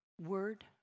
word